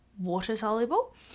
water-soluble